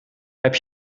heb